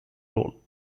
role